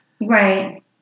Right